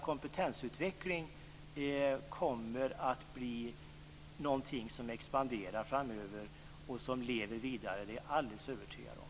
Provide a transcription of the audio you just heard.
Kompetensutveckling kommer att bli någonting som expanderar framöver och som leder vidare. Det är jag alldeles övertygad om.